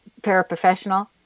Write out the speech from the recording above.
paraprofessional